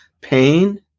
pain